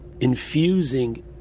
infusing